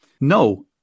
No